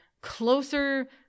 closer